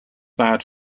bad